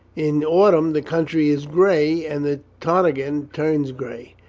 in autumn the country is gray, and the ptarmigan turns gray.